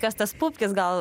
kas tas pupkis gal